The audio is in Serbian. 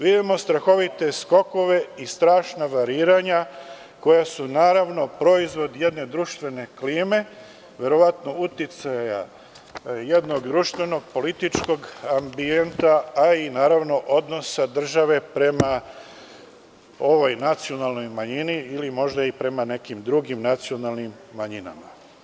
Vidimo strahovite skokove i strašna variranja koja su, naravno, proizvod jedne društvene klime, verovatno uticaja jednog društvenog, političkog ambijenta, a i odnosa države prema ovoj nacionalnoj manjini, ili možda i prema nekim drugim nacionalnim manjinama.